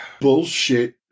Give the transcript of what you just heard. bullshit